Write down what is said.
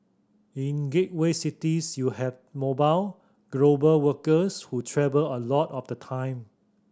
in gateway cities you have mobile global workers who travel a lot of the time